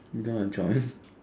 don't wanna join